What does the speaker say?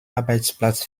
arbeitsplatz